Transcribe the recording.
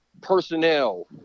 personnel